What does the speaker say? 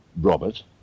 Robert